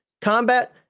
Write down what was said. combat